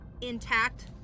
intact